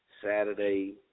Saturday